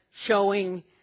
showing